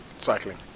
cycling